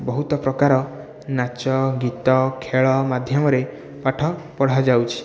ବହୁତ ପ୍ରକାର ନାଚ ଗୀତ ଖେଳ ମାଧ୍ୟମରେ ପାଠ ପଢ଼ାଯାଉଛି